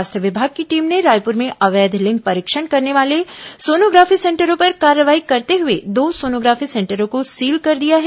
स्वास्थ्य विभाग की टीम ने रायपुर में अवैध लिंग परीक्षण करने वाले सोनोग्राफी सेंटरों पर कार्रवाई करते हुए दो सोनोग्राफी सेंटरों को सील कर दिया है